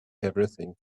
everything